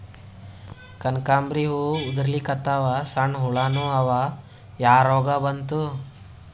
ಕನಕಾಂಬ್ರಿ ಹೂ ಉದ್ರಲಿಕತ್ತಾವ, ಸಣ್ಣ ಹುಳಾನೂ ಅವಾ, ಯಾ ರೋಗಾ ಬಂತು?